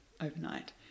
overnight